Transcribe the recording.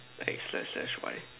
hey slash slash why